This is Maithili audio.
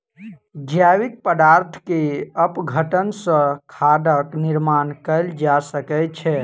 जैविक पदार्थ के अपघटन सॅ खादक निर्माण कयल जा सकै छै